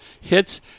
hits